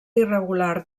irregular